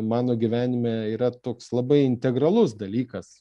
mano gyvenime yra toks labai integralus dalykas